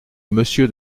monsieur